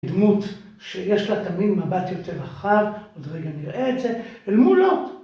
דמות שיש לה תמיד מבט יותר רחב, עוד רגע נראה את זה, אל מולו